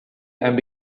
and